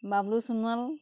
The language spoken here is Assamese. বাবলু সোণোৱাল